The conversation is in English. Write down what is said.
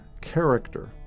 character